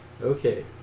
Okay